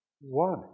One